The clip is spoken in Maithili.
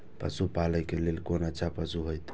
पशु पालै के लेल कोन अच्छा पशु होयत?